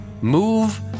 Move